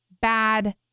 bad